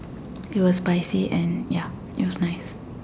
it was spicy and ya it was nice